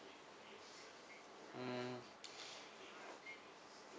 mm